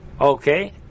Okay